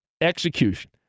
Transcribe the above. execution